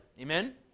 Amen